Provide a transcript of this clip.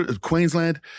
Queensland